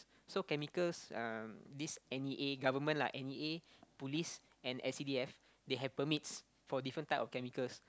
so chemicals um this n_e_a government lah n_e_a police and s_c_d_f they have permits for different type of chemicals